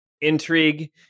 intrigue